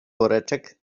woreczek